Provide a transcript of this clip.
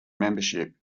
membership